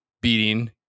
beating